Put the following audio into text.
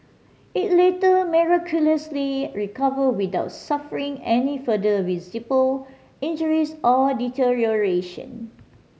it later miraculously recovered without suffering any further visible injuries or deterioration